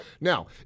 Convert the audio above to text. now